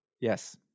Yes